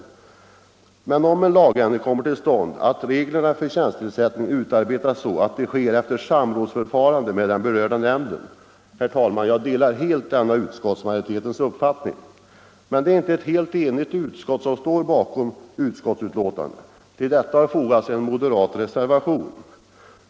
Om en lagändring kommer till stånd förutsätter utskottet emellertid att reglerna för tjänstetillsättningen utarbetas så att denna sker efter ett samråd med den berörda nämnden. Jag delar helt denna utskottsmajoritetens uppfattning. Men det är inte ett helt enigt utskott som står bakom betänkandet. Till detta har fogats en moderat reservation.